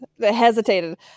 hesitated